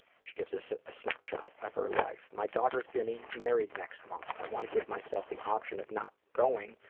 she gives us a snapshot of her life. my daughter's getting married next month. i want to give myself the option of not going,